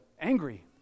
angry